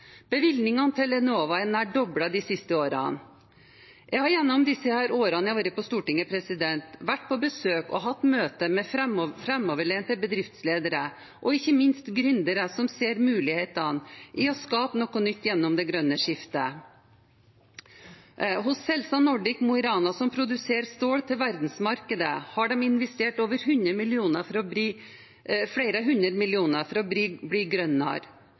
Bevilgningene til Enova er nær doblet de siste årene. Jeg har gjennom de årene jeg har vært på Stortinget, vært på besøk og hatt møter med framoverlente bedriftsledere og ikke minst gründere som ser mulighetene i å skape noe nytt gjennom det grønne skiftet. Hos Celsa Nordic i Mo i Rana, som produserer stål til verdensmarkedet, har de investert flere hundre millioner for å bli grønnere.